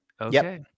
Okay